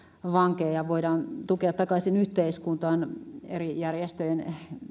vankeja voidaan tukea takaisin yhteiskuntaan eri järjestöjen